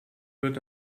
wird